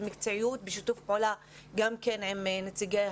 במקצועיות ובשיתוף פעולה עם נציגי